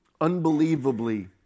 unbelievably